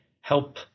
help